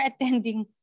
attending